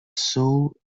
sole